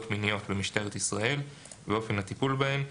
מיניות במשטרת ישראל ואופן הטיפול בהן,